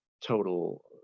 total